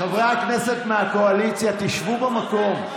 חברי הכנסת מהקואליציה, תשבו במקום.